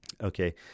Okay